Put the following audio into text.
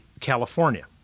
California